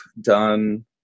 done